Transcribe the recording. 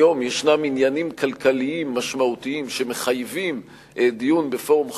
היום יש עניינים כלכליים משמעותיים שמחייבים דיון בפורום חסוי.